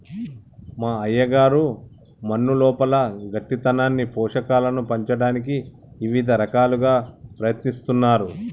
మా అయ్యగారు మన్నులోపల గట్టితనాన్ని పోషకాలను పంచటానికి ఇవిద రకాలుగా ప్రయత్నిస్తున్నారు